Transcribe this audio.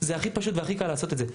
זה הכי פשוט והכי קל לעשות את זה.